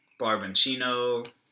Barbancino